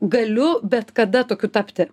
galiu bet kada tokiu tapti